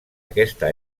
aquesta